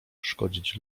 szkodzić